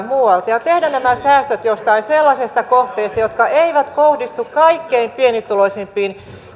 muualta ja tehdä nämä säästöt jostain sellaisesta kohteesta joka ei kohdistu kaikkein pienituloisimpiin